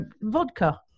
vodka